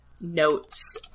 notes